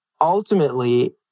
ultimately